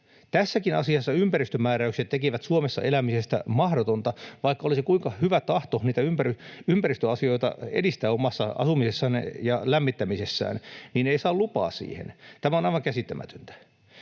Tässäkin asiassa ympäristömääräykset tekevät Suomessa elämisestä mahdotonta. Vaikka olisi kuinka hyvä tahto niitä ympäristöasioita edistää omassa asumisessaan ja lämmittämisessään, niin ei saa lupaa siihen. Tämä on aivan käsittämätöntä.